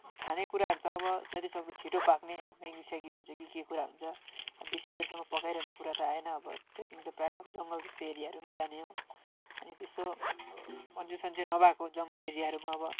खाने कुराहरू त अब जतिसक्दो छिटो पाक्ने मेगीसेगी हुन्छ कि के कुरा हुन्छ बेसी बेरसम्म पकाइरहने कुरा त आएन अब ट्रेकिङ त प्रायः जङ्गल जस्तो एरियाहरूमै जाने हो अनि त्यस्तो मान्छे सान्छे नभएको जङ्गल एरियाहरूमा अब